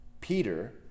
Peter